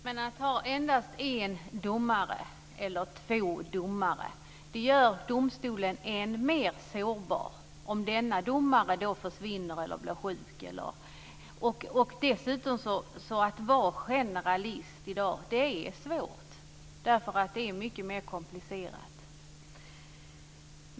Herr talman! Om domstolen har endast en eller två domare, blir den mer sårbar om en domare söker sig bort eller blir sjuk. Att i dag vara generalist är svårt. Det är mycket mer komplicerat än tidigare.